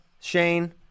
Shane